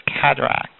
cataracts